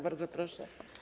Bardzo proszę.